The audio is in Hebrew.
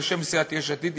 בשם סיעת יש עתיד,